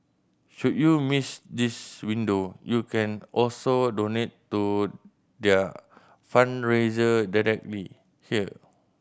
should you miss this window you can also donate to their fundraiser directly here